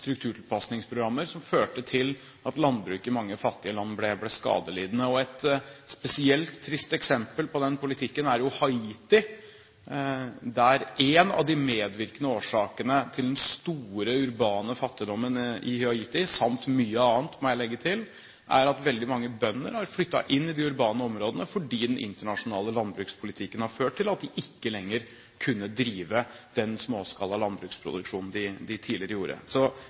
strukturtilpasningsprogrammer som førte til at landbruket i mange fattige land ble skadelidende. Et spesielt trist eksempel på den politikken er Haiti, der en av de medvirkende årsakene til den store urbane fattigdommen samt mye annet, må jeg legge til, er at veldig mange bønder har flyttet inn til de urbane områdene fordi den internasjonale landbrukspolitikken har ført til at de ikke lenger kunne drive den småskala landbruksproduksjonen de tidligere gjorde. Så